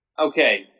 Okay